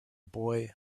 boy